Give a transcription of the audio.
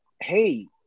hey